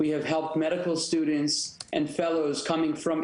אני מנהל מחלקת הרדמה, אחת הגדולות בעיר